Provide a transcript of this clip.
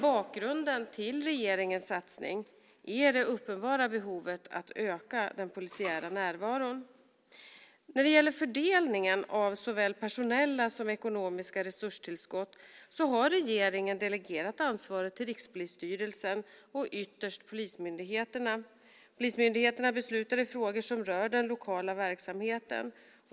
Bakgrunden till regeringens satsning är det uppenbara behovet av att öka den polisiära närvaron. När det gäller fördelningen av såväl personella som ekonomiska resurstillskott har regeringen delegerat det ansvaret till Rikspolisstyrelsen och ytterst till polismyndigheterna. Polismyndigheterna beslutar i frågor rörande den lokala verksamheten.